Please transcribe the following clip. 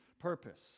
purpose